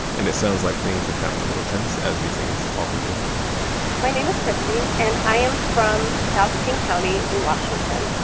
and it sounds like things have gotten a little tense, as these things often do my name is christie, and i am from south king county in washington.